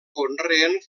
conreen